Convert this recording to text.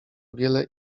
wiele